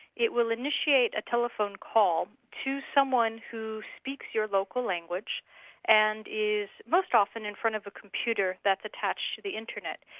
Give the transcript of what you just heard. it will initiate a telephone call to someone who speaks your local language and is most often in front of a computer that's attached to the internet.